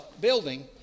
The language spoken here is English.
Building